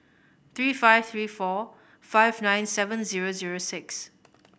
three five three four five nine seven zero zero six